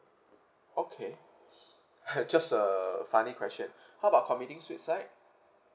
okay okay just a funny question how about committing suicide